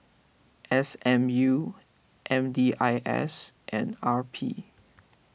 S M U M D I S and R P